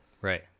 right